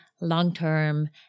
long-term